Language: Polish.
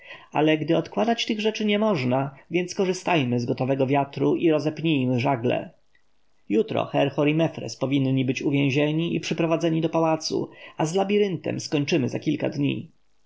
ale gdy odkładać tych rzeczy nie można więc korzystajmy z gotowego wiatru i rozepnijmy żagle jutro herhor i mefres powinni być uwięzieni i przyprowadzeni do pałacu a z labiryntem skończymy za kilka dni